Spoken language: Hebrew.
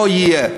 לא יהיה.